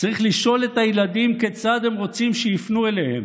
צריך לשאול את הילדים כיצד הם רוצים שיפנו אליהם.